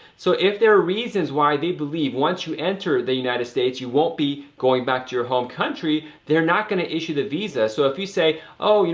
so if there are reasons why they believe once you enter the united states, you won't be going back to your home country, they're not going to issue the visa. so if you say, oh, you